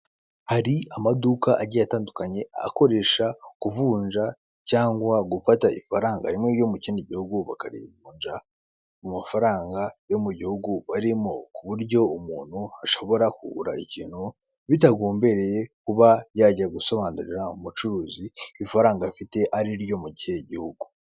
Hari amaduka agiye atandukanye akoresha kuvunja cyangwa gufata ifaranga rimwe ryo mu kindi gihugu bakarivunja mu mafaranga yo mu gihugu arimo, ku buryo umuntu ashobora kugura ikintu bitagombereye kuba yajya gusobanurira umucuruzi ifaranga afite ari iryo mu kihe gihugu.